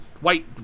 white